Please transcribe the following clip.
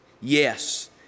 yes